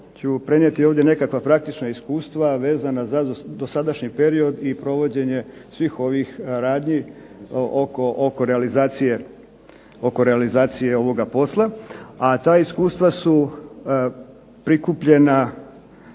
prenijeti nekakva praktična iskustva vezana za dosadašnji period i provođenje svih ovih radnji oko realizacije ovoga posla. A ta iskustva su prikupljena